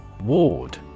Ward